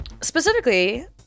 specifically